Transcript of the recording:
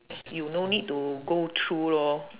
you no need to go through lor